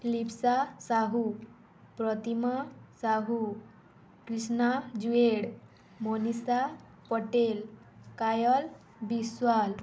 ଲିପସା ସାହୁ ପ୍ରତିମା ସାହୁ କ୍ରିଷ୍ଣା ଜୁଏଡ଼ ମନିଷା ପଟେଲ କାୟାଲ ବିଶ୍ୱାଳ